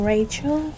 Rachel